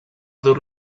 dur